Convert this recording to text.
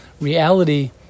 reality